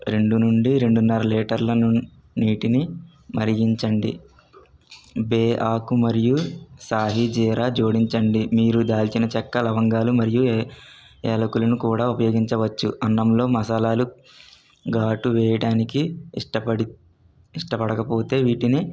రెండు నుండి రెండున్నర్ర లీటర్ల నుండి నీటిని మరిగించండి బే ఆకు మరియు సాయి జీరా జోడించండి మీరు దాల్చిన చెక్క లవంగాలు మరియు యాలకులను కూడా ఉపయోగించవచ్చు అన్నంలో మసాలాలు ఘాటు వేయడానికి ఇష్టపడి ఇష్టపడకపోతే వీటిని